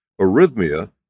Arrhythmia